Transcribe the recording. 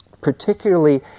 Particularly